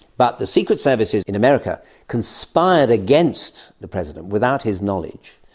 but the secret services in america conspired against the president without his knowledge,